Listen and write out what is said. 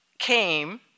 came